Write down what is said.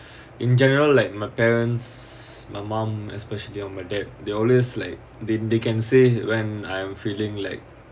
in general like my parents my mom especially on my dad they always they they can say when I'm feeling like